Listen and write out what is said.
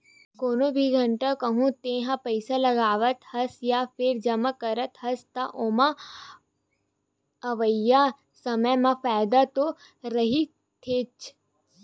कोनो भी जघा कहूँ तेहा पइसा लगावत हस या फेर जमा करत हस, त ओमा अवइया समे म फायदा तो रहिथेच्चे